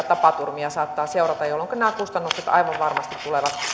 tapaturmia saattaa seurata jolloinka nämä kustannukset aivan varmasti tulevat